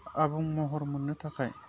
आबुं महर मोननो थाखाय